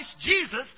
Jesus